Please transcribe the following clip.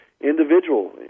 individual